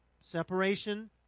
separation